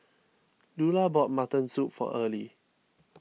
Lula bought Mutton Soup for Earlie